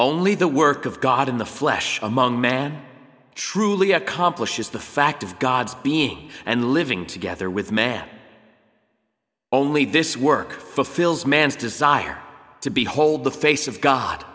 only the work of god in the flesh among men truly accomplishes the fact of god's being and living together with man only this work fulfills man's desire to behold the face of god